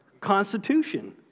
Constitution